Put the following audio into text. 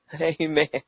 amen